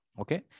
okay